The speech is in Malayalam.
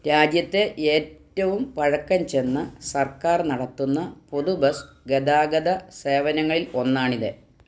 രാജ്യത്തെ ഏറ്റവും പഴക്കം ചെന്ന സർക്കാർ നടത്തുന്ന പൊതു ബസ് ഗതാഗത സേവനങ്ങളിൽ ഒന്നാണ് ഇത്